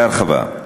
בהרחבה,